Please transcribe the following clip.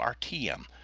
RTM